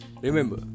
Remember